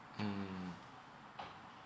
mm